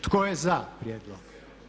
Tko je za prijedlog?